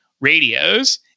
radios